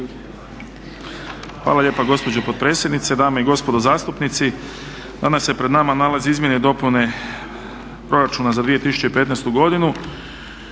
Hvala lijepa gospođo potpredsjednice, dame i gospodo zastupnici. Danas se pred nama nalaze Izmjene i dopune proračuna za 2015. godinu.